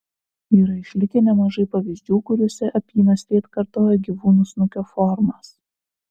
yra išlikę nemažai pavyzdžių kuriuose apynasriai atkartoja gyvūnų snukio formas